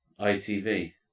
ITV